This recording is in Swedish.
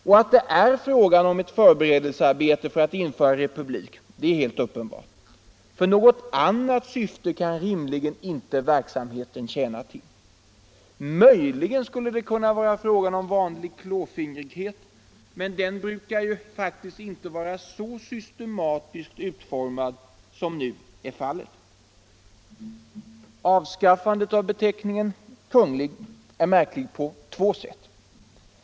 Och att det är fråga om ett förberedelsearbete för att införa republik är helt uppenbart. Något annat syfte kan rimligen inte verksamheten tjäna. Möjligen skulle det kunna vara fråga om vanlig klåfingrighet, men den brukar faktiskt inte vara så systematisk utformad som nu är fallet. Avskaffandet av beteckningen Kunglig är märklig på två sätt.